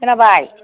खोनाबाय